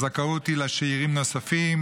הזכאות היא לשאירים נוספים,